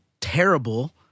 terrible